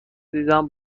دیدم